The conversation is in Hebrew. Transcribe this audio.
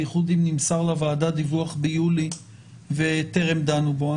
בייחוד אם נמסר לוועדה דיווח ביולי וטרם דנו בו.